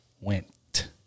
went